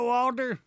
Walter